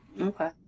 okay